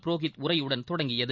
புரோஹித் உரையுடன் தொடங்கியது